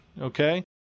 okay